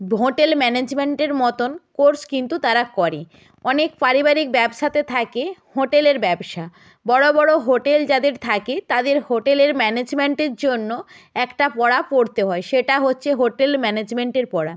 hotel ম্যানেজমেন্টের মতোন course কিন্তু তারা করে অনেক পারিবারিক ব্যবসাতে থাকে হোটেলের ব্যবসা বড়ো বড়ো হোটেল যাদের থাকে তাদের হোটেলের ম্যানেজমেন্টের জন্য একটা পড়া পড়তে হয় সেটা হচ্ছে হোটেল ম্যানেজমেন্টের পড়া